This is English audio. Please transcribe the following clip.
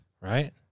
Right